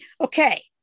Okay